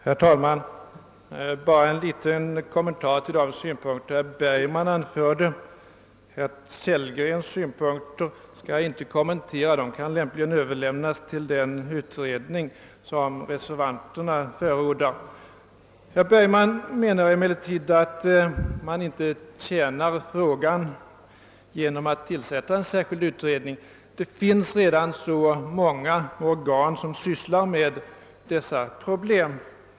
Herr talman! Jag vill bara göra en liten kommentar till de av herr Bergman anförda synpunkterna. Herr Kellgrens skall jag inte kommentera ty de kan lämpligen överlämnas till den utredning som reservanterna förordar. Herr Bergman menar att man inte bidrar till frågans lösning genom att tillsätta en särskild utredning, eftersom det redan finns så många organ som sysslar med dessa problem.